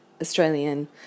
Australian